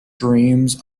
dreams